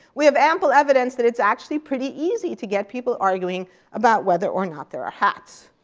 we have ample evidence that it's actually pretty easy to get people arguing about whether or not there are hats.